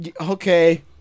okay